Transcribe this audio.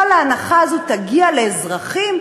כל ההנחה הזאת תגיע לאזרחים,